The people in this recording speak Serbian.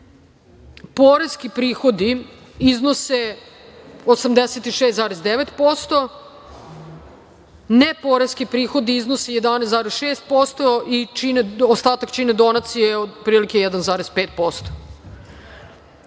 poreski prihodi iznose 86,9%, neporeski prihodi iznose 11,6% i ostatak čine donacije otprilike 1,5%.Kada